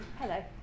Hello